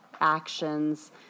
actions